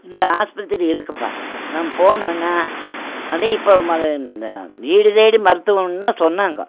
இங்கே ஆஸ்பத்திரி இருக்குப்பா நம்ம போனவோன்ன அதையும் இப்போ இந்த வீடு தேடி மருத்துவம்னு தான் சொன்னாங்க